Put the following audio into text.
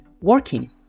working